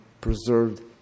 preserved